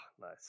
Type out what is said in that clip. nice